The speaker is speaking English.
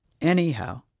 Anyhow